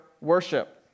worship